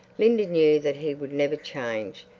linda knew that he would never change,